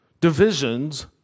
divisions